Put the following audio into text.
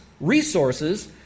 resources